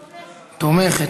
תומכת.